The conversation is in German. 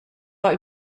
war